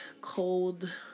cold